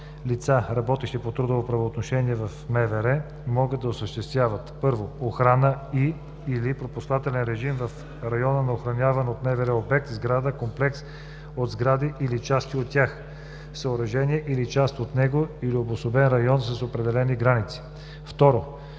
Лица, работещи по трудово правоотношение в МВР, могат да осъществяват: 1. охрана и/или пропускателен режим в района на охраняван от МВР обект – сграда, комплекс от сгради или части от тях, съоръжение или част от него или обособен район с определени граници; 2.